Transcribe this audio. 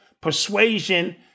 Persuasion